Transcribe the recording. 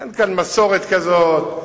אין כאן מסורת כזאת.